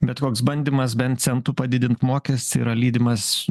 bet koks bandymas bent centu padidint mokestį yra lydimas